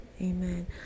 amen